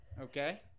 Okay